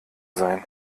sein